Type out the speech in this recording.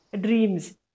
dreams